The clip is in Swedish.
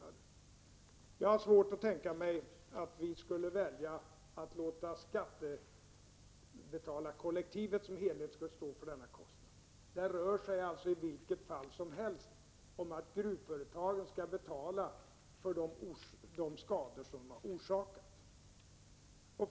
Jag har svårt att tänka mig att vi skulle låta skattebetalarkollektivet som helhet stå för dessa kostnader. Det rör sig i vilket fall som helst om att gruvföretagen skall betala för de skador som de har orsakat.